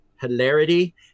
hilarity